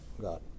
God